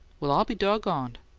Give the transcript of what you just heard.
well, i'll be doggoned!